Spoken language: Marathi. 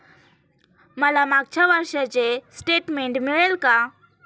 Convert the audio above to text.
मला मागच्या वर्षीचे स्टेटमेंट मिळेल का?